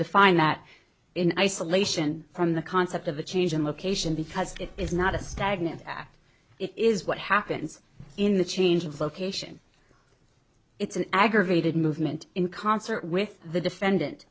define that in isolation from the concept of a change in location because it is not a stagnant act it is what happens in the change of location it's an aggravated movement in concert with the defendant